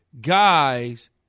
guys